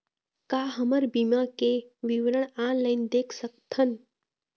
का हमर बीमा के विवरण ऑनलाइन देख सकथन?